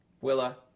Willa